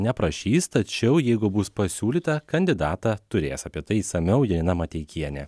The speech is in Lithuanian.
neprašys tačiau jeigu bus pasiūlyta kandidatą turės apie tai išsamiau janina mateikienė